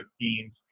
teams